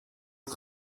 het